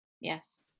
yes